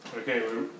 Okay